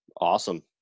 awesome